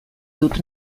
dut